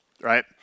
Right